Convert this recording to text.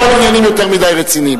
מדברים פה על עניינים יותר מדי רציניים.